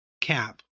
cap